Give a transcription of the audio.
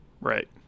Right